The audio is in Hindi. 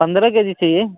पंद्रह के जी चाहिए